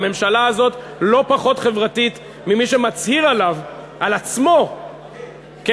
הממשלה הזאת לא פחות ממי שמצהיר על עצמו כחברתי.